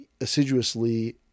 assiduously